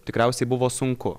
tikriausiai buvo sunku